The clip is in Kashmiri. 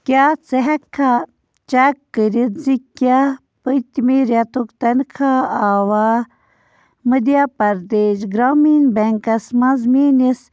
کیٛاہ ژٕ ہٮ۪کٕکھا چیک کٔرِتھ زِ کیٛاہ پٔتمہِ رٮ۪تُک تنخواہ آوا مٔدھیہ پرٛدیش گرٛامیٖن بیٚنٛکس منٛز میٛٲنِس